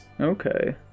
Okay